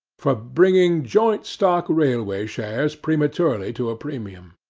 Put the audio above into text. for bringing joint-stock railway shares prematurely to a premium.